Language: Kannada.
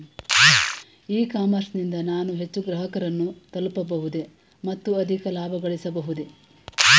ಇ ಕಾಮರ್ಸ್ ನಿಂದ ನಾನು ಹೆಚ್ಚು ಗ್ರಾಹಕರನ್ನು ತಲುಪಬಹುದೇ ಮತ್ತು ಅಧಿಕ ಲಾಭಗಳಿಸಬಹುದೇ?